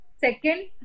second